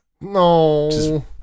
No